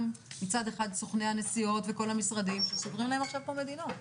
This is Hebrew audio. מצד אחד סוכני הנסיעות וכל המשרדים שסוגרים להם עכשיו את המדינות.